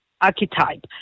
archetype